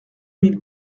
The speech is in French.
mille